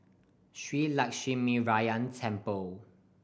Shree Lakshminarayanan Temple